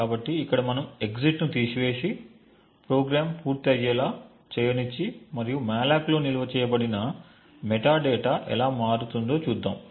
కాబట్టి ఇక్కడ మనం ఎగ్జిట్ను తీసివేసి ప్రోగ్రామ్ పూర్తి అయ్యేలా చేయనిచ్చి మరియు మాలోక్లో నిల్వ చేయబడిన మెటాడేటా ఎలా మారుతుందో చూద్దాం